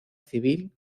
civil